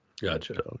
Gotcha